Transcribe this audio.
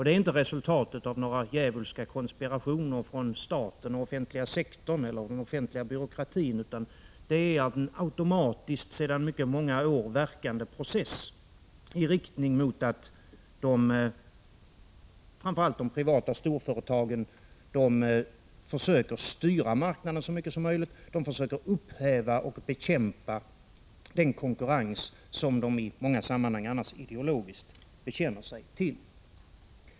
Det är inte resultatet av några djävulska konspirationer från staten och den offentliga sektorn eller den offentliga byråkratin. Det är i stället en sedan många år automatiskt verkande process i riktning mot att framför allt de privata storföretagen försöker styra marknaden så mycket som möjligt, försöker upphäva och bekämpa den konkurrens som de i många sammanhang annars ideologiskt bekänner sig till.